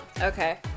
Okay